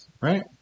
Right